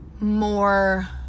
more